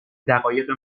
دقایق